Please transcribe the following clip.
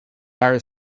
are